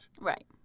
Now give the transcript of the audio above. Right